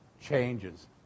changes